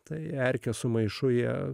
tai erkę sumaišo ją